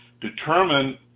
determine